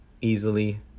easily